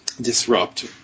disrupt